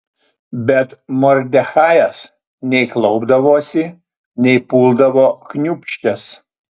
bet mordechajas nei klaupdavosi nei puldavo kniūbsčias